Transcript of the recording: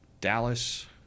Dallas